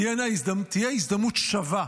תהיה הזדמנות שווה.